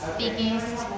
biggest